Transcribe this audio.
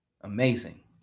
Amazing